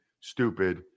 stupid